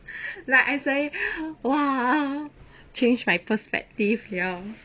like I say !wah! changed my perspective liao